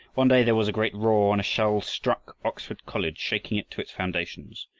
one day there was a great roar and a shell struck oxford college, shaking it to its foundations.